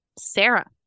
Sarah